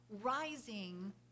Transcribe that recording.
Rising